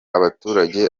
abaturage